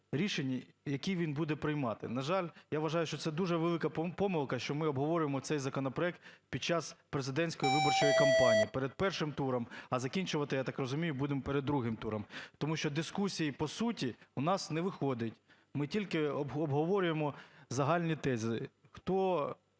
рішень, які він буде приймати. На жаль, я вважаю, що це дуже велика помилка, що ми обговорюємо цей законопроект під час президентської виборчої кампанії перед першим туром, а закінчувати, я так розумію, будемо перед другим туром. Тому що дискусії по суті у нас не виходить, ми тільки обговорюємо загальні тези.